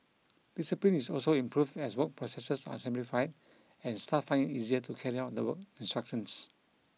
discipline is also improved as work processes are simplified and staff find it easier to carry out the work instructions